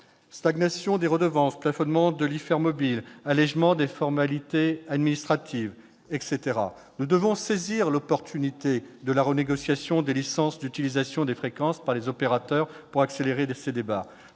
stagnation des redevances, plafonnement de l'IFER mobile, allégement des formalités administratives, etc. Nous devons saisir l'opportunité de la renégociation des licences d'utilisation des fréquences par les opérateurs pour accélérer ces débats.